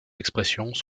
expressions